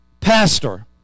pastor